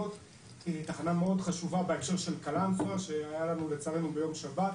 תחנה מאוד חשובה בהקשר של קלנסואה אחרי המקרה המצער בשבת,